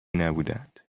نبودهاند